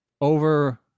over